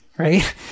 Right